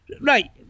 Right